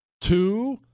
Two